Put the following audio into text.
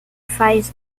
faz